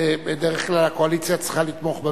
בדרך כלל הקואליציה צריכה לתמוך בממשלה,